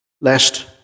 lest